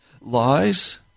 Lies